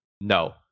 No